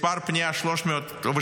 מספר פנייה 313,